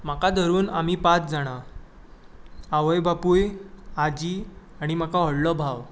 म्हाका धरून आमी पांच जाणां आवय बापूय आजी आनी म्हाका व्हडलो भाव